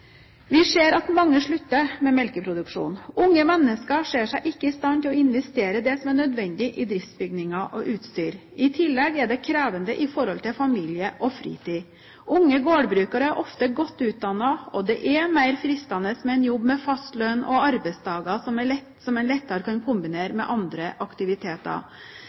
Vi ser at mange slutter med melkeproduksjon. Unge mennesker ser seg ikke i stand til å investere det som er nødvendig i driftsbygninger og utstyr. I tillegg er det krevende med tanke på familie og fritid. Unge gårdbrukere er ofte godt utdannet, og det er mer fristende med en jobb med fast lønn og arbeidsdager som en lettere kan kombinere med andre aktiviteter.